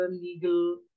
legal